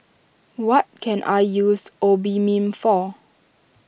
what can I use Obimin for